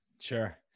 sure